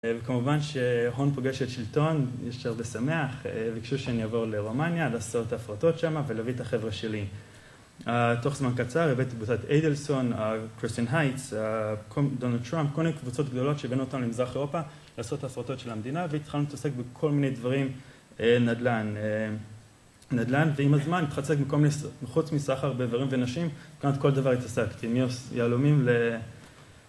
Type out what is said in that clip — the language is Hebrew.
וכמובן שהון פוגש את שלטון, יש הרבה שמח, ביקשו שאני אעבור לרומניה, לעשות ההפרטות שם ולהביא את החבר'ה שלי. תוך זמן קצר הבאתי בקבוצת איידלסון, קריסטין הייטס, דונלד טראמפ, כל מיני קבוצות גדולות שהבאנו אותם למזרח אירופה לעשות ההפרטות של המדינה והתחלנו להתעסק בכל מיני דברים נדלן. ועם הזמן התחלנו לייצג, חוץ מסחר באיברים ונשים, כמעט עם כל דבר התעסקתי, מיהלומים ל...